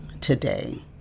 today